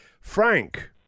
Frank